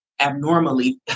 abnormally